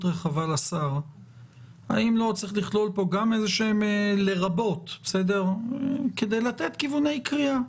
רחבה לשר - האם לא צריך לכלול פה גם איזשהם "לרבות" כדי לתת כיווני קריאה,